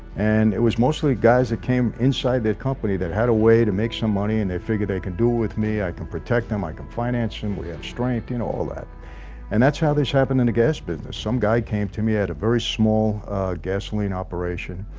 and it was mostly guys that came inside their company that had a way to make some money and they figure they can do with me i can protect them i can finance and we have strengths you know all that and that's how this happened in the gas business some guy came to me at a very small gasoline operation,